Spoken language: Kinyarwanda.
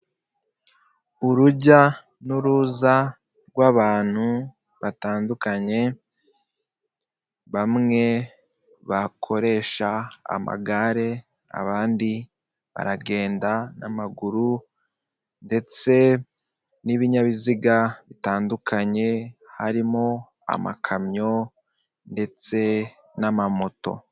Urujya n'uruza rw'abantu batandukanye bamwe bakoresha amagare abandi baragenda n'amaguru ndetse n'ibinyabiziga bitandukanye harimo amakamyo ndetse n'amamoto.